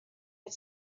had